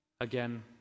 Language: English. Again